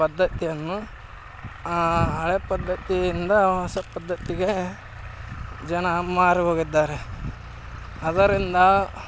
ಪದ್ದತಿಯನ್ನು ಹಳೆ ಪದ್ದತಿಯಿಂದ ಹೊಸ ಪದ್ದತಿಗೆ ಜನ ಮಾರು ಹೋಗಿದ್ದಾರೆ ಆದ್ದರಿಂದ